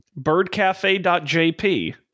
Birdcafe.jp